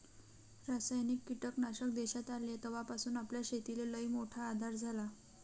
रासायनिक कीटकनाशक देशात आले तवापासून आपल्या शेतीले लईमोठा आधार झाला